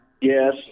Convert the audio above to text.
Yes